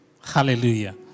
Hallelujah